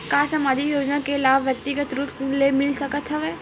का सामाजिक योजना के लाभ व्यक्तिगत रूप ले मिल सकत हवय?